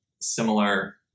similar